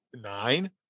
Nine